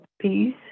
peace